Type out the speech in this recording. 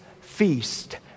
feast